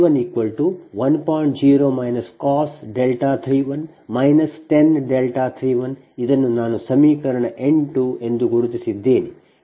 0 cos 31 10sin 31 ಇದನ್ನು ನಾನು ಸಮೀಕರಣ 8 ಎಂದು ಗುರುತಿಸಿದ್ದೇನೆ